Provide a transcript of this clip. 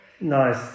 Nice